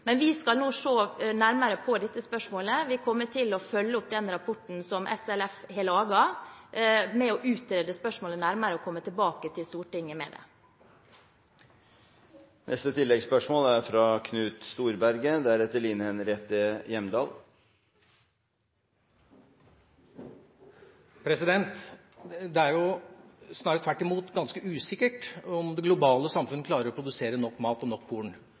Men vi skal nå se nærmere på dette spørsmålet. Vi kommer til å følge opp rapporten som SLF har laget, med å utrede spørsmålet nærmere og komme tilbake til Stortinget med det. Knut Storberget – til oppfølgingsspørsmål. Det er snarere tvert imot ganske usikkert om det globale samfunn klarer å produsere nok mat og nok